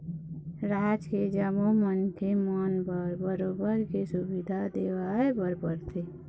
राज के जम्मो मनखे मन बर बरोबर के सुबिधा देवाय बर परथे